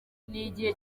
igihe